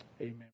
Amen